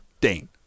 Dane